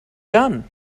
gun